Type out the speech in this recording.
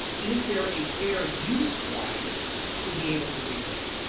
is there a fair use right to be able to do that.